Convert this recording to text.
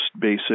basic